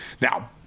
Now